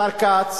השר כץ